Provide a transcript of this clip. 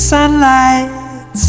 Sunlight